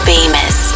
Famous